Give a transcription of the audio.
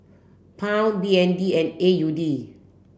pound B N D and A U D